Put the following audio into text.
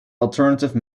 alternative